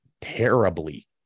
terribly